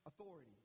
authority